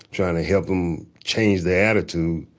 trying to help them change their attitude,